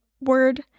word